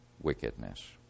wickedness